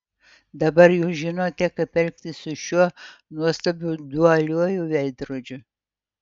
dabar jūs žinote kaip elgtis su šiuo nuostabiu dualiuoju veidrodžiu